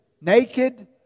naked